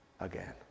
again